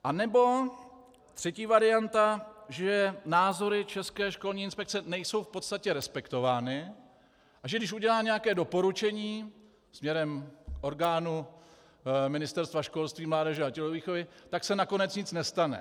Anebo třetí varianta, že názory České školní inspekce nejsou v podstatě respektovány, a že když udělá nějaké doporučení směrem k orgánu Ministerstva školství, mládeže a tělovýchovy, tak se nakonec nic nestane.